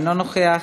אינו נוכח,